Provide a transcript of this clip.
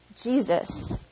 Jesus